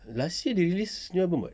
last year they release new album [what]